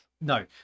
no